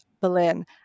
Berlin